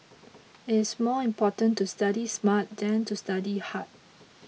it's more important to study smart than to study hard